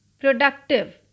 productive